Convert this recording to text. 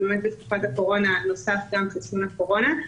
בתקופת הקורונה נוסף גם חיסון הקורונה.